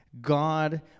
God